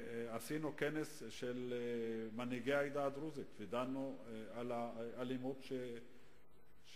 עשינו כנס של מנהיגי העדה הדרוזית ודנו באלימות בחברה,